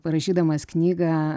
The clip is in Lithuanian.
parašydamas knygą